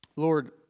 Lord